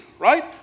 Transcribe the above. Right